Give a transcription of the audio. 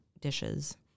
dishes